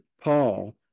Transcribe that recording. Paul